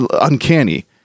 uncanny